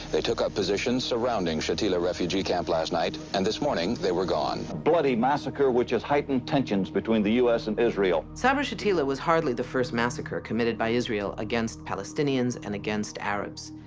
they took up positions surrounding shatila refugee camp last night, and this morning they were gone. a bloody massacre which has heightened tensions between the us and israel. sabra-shatila was hardly the first massacre committed by israel against palestinians and against arabs.